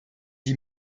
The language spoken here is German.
die